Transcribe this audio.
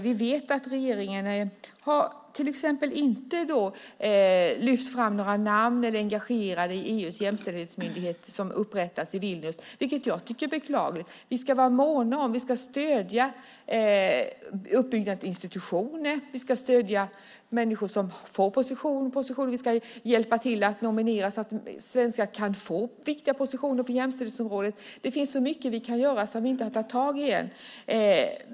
Vi vet att regeringen till exempel inte har lyft fram några namn och inte är engagerad i EU:s jämställdhetsmyndighet som upprättas i Vilnius, vilket jag tycker är beklagligt. Vi ska vara måna om och stödja uppbyggandet av institutioner. Vi ska stödja människor som får positioner. Vi ska hjälpa till att nominera så att svenskar kan få viktiga positioner på jämställdhetsområdet. Det finns så mycket som vi kan göra som vi inte har tagit tag i än.